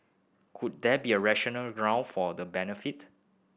could there be a rational ground for the benefit